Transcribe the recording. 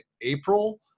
April